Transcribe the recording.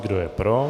Kdo je pro?